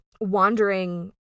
wandering